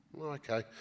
Okay